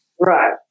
Right